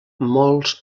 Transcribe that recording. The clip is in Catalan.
molts